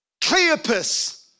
Cleopas